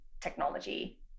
technology